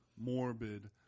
morbid